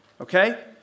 Okay